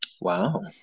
Wow